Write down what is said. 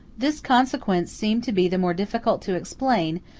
this consequence seemed to be the more difficult to explain,